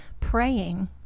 praying